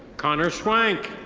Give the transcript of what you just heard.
connor swank.